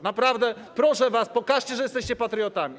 Naprawdę proszę was: pokażcie, że jesteście patriotami.